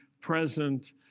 present